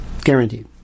Guaranteed